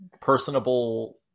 personable